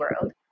world